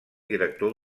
director